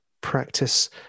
practice